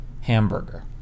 hamburger